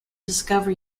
discover